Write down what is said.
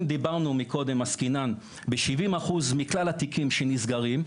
אם קודם עסקינן ב-70% מכלל התיקים שנסגרים,